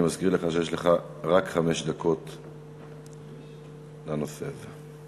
אני מזכיר לך שיש לך רק חמש דקות לנושא הזה.